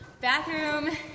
bathroom